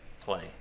play